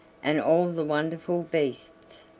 and all the wonderful beasts.